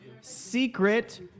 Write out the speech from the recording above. secret